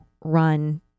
run